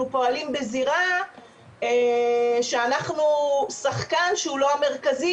פועלים בזירה שאנחנו שחקן שהוא לא המרכזי,